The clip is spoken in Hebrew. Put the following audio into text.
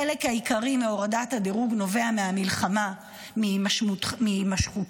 חלק עיקרי מהורדת הדירוג נובע מהמלחמה, מהימשכותה,